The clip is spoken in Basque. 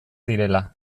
direla